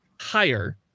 higher